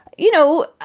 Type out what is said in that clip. you know,